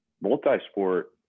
multi-sport